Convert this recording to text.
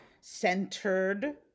centered